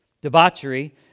Debauchery